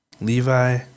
Levi